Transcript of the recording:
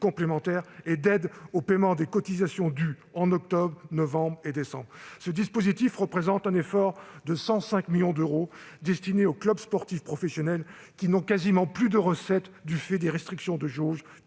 complémentaire et d'aide au paiement des cotisations dues en octobre, novembre et décembre. Ce dispositif représente un effort de 105 millions d'euros destiné aux clubs sportifs professionnels, qui n'ont quasiment plus de recettes du fait des restrictions de jauge,